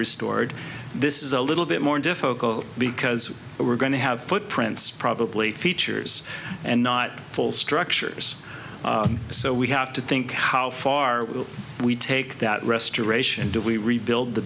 restored this is a little bit more difficult because we're going to have footprints probably features and not full structures so we have to think how far will we take that restoration do we rebuild the